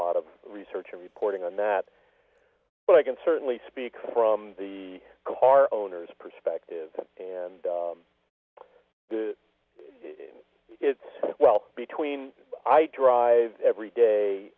lot of research and reporting on that but i can certainly speak from the car owners perspective and it's well between i drive every day